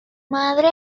madre